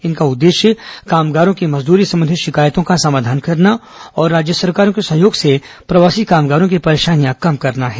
इनका उद्देश्य कामगारों की मजदूरी संबंधी शिकायतों का समाधान करना और राज्य सरकारों के सहयोग से प्रवासी कामगारों की परेशानियां कम करना है